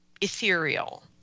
ethereal